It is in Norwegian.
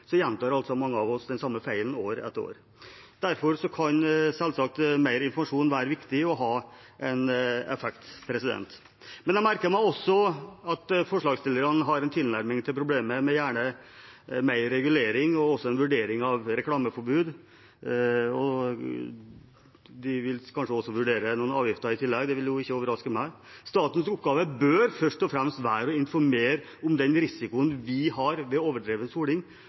gjentar mange av oss den samme feilen år etter år. Derfor kan selvsagt mer informasjon være viktig og ha en effekt. Jeg merket meg også at forslagsstillerne som tilnærming til problemet vil ha mer regulering, en vurdering av reklameforbud, og de vil kanskje også vurdere noen avgifter i tillegg – det vil ikke overraske meg. Statens oppgave bør først og fremst være å informere om den risikoen vi har ved overdreven soling,